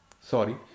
sorry